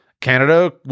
Canada